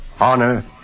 honor